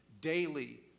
daily